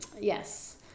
Yes